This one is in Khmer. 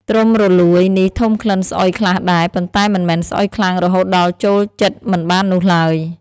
ត្រុំរលួយនេះធំក្លិនស្អុយខ្លះដែរ ប៉ុន្តែមិនមែនស្អុយខ្លាំងរហូតដល់ចូលជិតមិនបាននោះឡើយ។